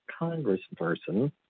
congressperson